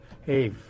Hey